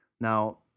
Now